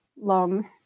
long